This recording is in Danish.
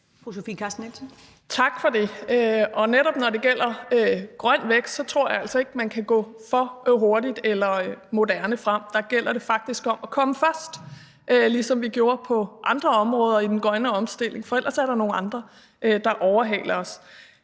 Tak for det. Netop når det gælder Grøn Vækst tror jeg altså ikke, man kan gå for hurtigt eller moderne frem, der gælder det faktisk om at komme først, ligesom vi gjorde på andre områder i den grønne omstilling, for ellers er der nogle andre, der overhaler os.